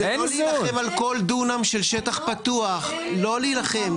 לא להילחם על כל דונם של שטח פתוח, לא להילחם.